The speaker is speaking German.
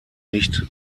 nicht